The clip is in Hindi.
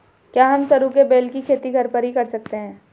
क्या हम सरू के बेल की खेती घर पर ही कर सकते हैं?